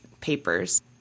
papers